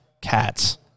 cats